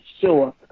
sure